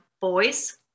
boys